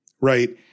right